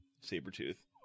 saber-tooth